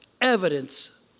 evidence